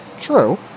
True